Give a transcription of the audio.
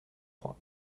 trois